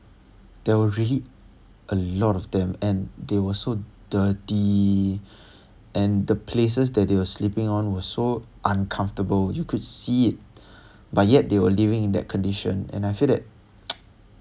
there were really a lot of them and they were so dirty and the places that they were sleeping on were so uncomfortable you could see it but yet they were living in that condition and I feel that